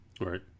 Right